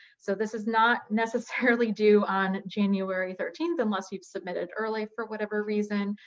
so this is not necessarily due on january thirteenth, unless you've submitted early for whatever reason,